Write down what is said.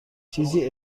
چیزی